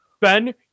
Ben